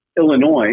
Illinois